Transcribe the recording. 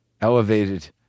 Elevated